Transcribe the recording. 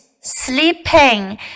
sleeping